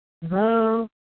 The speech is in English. Hello